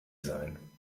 sein